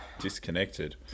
Disconnected